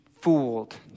fooled